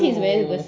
oo